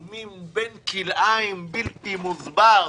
שהוא מין בן כלאיים בלתי מוסבר,